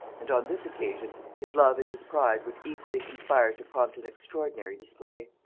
and on this occasion his love and his pride would equally conspire to prompt an extraordinary display.